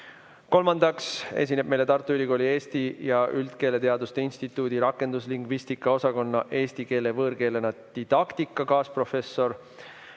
Kolmandaks esineb meile Tartu Ülikooli eesti ja üldkeeleteaduste instituudi rakenduslingvistika osakonna eesti keele võõrkeelena didaktika kaasprofessor